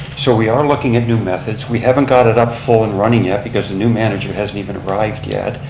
so we are looking at new methods, we haven't got it up full and running yet because the new manager hasn't even arrived yet.